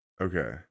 Okay